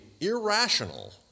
irrational